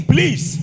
Please